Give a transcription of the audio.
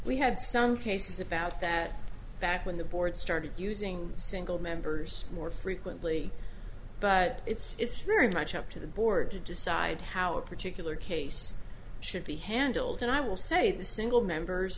we had some cases about that back when the board started using single members more frequently but it's very much up to the board to decide how a particular case should be handled and i will say the single members